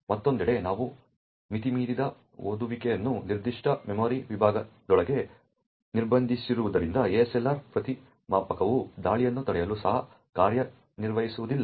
ಮತ್ತೊಂದೆಡೆ ನಾವು ಮಿತಿಮೀರಿದ ಓದುವಿಕೆಯನ್ನು ನಿರ್ದಿಷ್ಟ ಮೆಮೊರಿ ವಿಭಾಗದೊಳಗೆ ನಿರ್ಬಂಧಿಸುತ್ತಿರುವುದರಿಂದ ASLR ಪ್ರತಿಮಾಪನವು ದಾಳಿಯನ್ನು ತಡೆಯಲು ಸಹ ಕಾರ್ಯನಿರ್ವಹಿಸುವುದಿಲ್ಲ